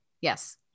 yes